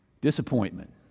disappointment